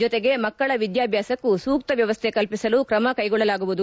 ಜೊತೆಗೆ ಮಕ್ಕಳ ವಿದ್ಯಾಭ್ಯಾಸಕ್ಕೂ ಸೂಕ್ತ ವ್ಯವಸ್ಥೆ ಕಲ್ಪಿಸಲು ತ್ರಮ ಕೈಗೊಳ್ಳಲಾಗುವುದು